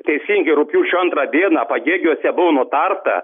teisingai rugpjūčio antrą dieną pagėgiuose buvo nutarta